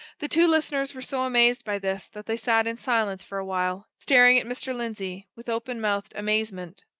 the two listeners were so amazed by this that they sat in silence for a while, staring at mr. lindsey with open-mouthed amazement.